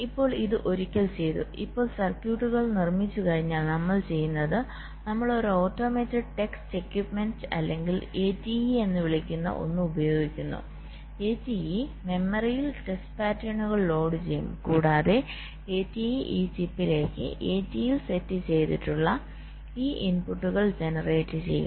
ഇപ്പോൾ ഇത് ഒരിക്കൽ ചെയ്തു ഇപ്പോൾ സർക്യൂട്ടുകൾ നിർമ്മിച്ചുകഴിഞ്ഞാൽ നമ്മൾ ചെയ്യുന്നത് നമ്മൾ ഒരു ഓട്ടോമേറ്റഡ് ടെസ്റ്റ് എക്വിപ്മെന്റ് അല്ലെങ്കിൽ ATE എന്ന് വിളിക്കുന്ന ഒന്ന് ഉപയോഗിക്കുന്നു ATE മെമ്മറിയിൽ ടെസ്റ്റ് പാറ്റേണുകൾ ലോഡ് ചെയ്യും കൂടാതെ ATE ഈ ചിപ്പിലേക്ക് ATE യിൽ സെറ്റ് ചെയ്തിട്ടുള്ള ഈ ഇൻപുട്ടുകൾ ജനറേറ്റ് ചെയ്യും